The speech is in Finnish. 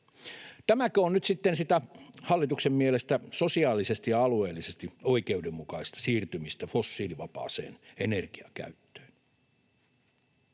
Tämäkö on nyt sitä hallituksen mielestä sosiaalisesti ja alueellisesti oikeudenmukaista siirtymistä fossiilivapaaseen energiankäyttöön?